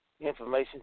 information